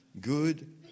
good